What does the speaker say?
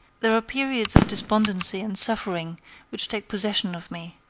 there are periods of despondency and suffering which take possession of me.